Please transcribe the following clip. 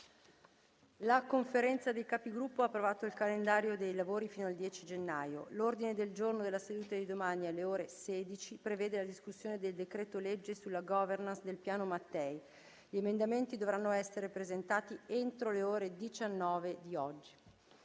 La Conferenza dei Capigruppo ha approvato il calendario dei lavori fino al 10 gennaio. L’ordine del giorno della seduta di domani, alle ore 16, prevede la discussione del decreto-legge sulla governance del “Piano Mattei”. Gli emendamenti dovranno essere presentati entro le ore 19 di oggi.